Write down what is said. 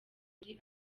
kuri